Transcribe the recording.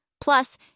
Plus